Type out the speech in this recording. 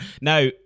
Now